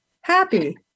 Happy